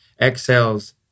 exhales